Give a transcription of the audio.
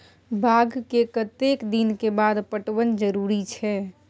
बाग के कतेक दिन के बाद पटवन जरूरी छै?